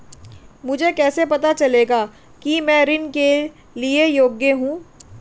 मुझे कैसे पता चलेगा कि मैं ऋण के लिए योग्य हूँ?